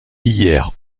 hier